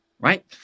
right